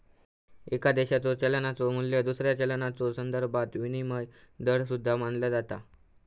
एका देशाच्यो चलनाचो मू्ल्य दुसऱ्या चलनाच्यो संदर्भात विनिमय दर सुद्धा मानला जाता